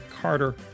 Carter